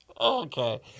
Okay